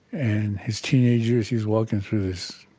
and his teenage years, he's walking through this